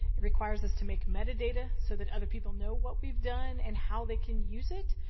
it requires us to make metadata so that other people know what we've done and how they can use it.